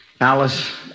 Alice